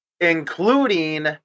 including